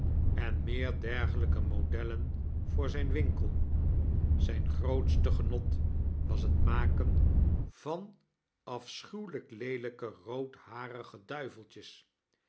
en meer dergelijke modellen voor zijn winkel zijn grootste gemot was het maken van afschuwelijk leelijke roodharige